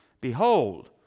Behold